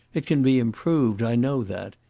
it can be improved i know that.